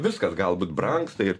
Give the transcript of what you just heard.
viskas galbūt brangsta ir